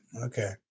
Okay